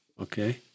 Okay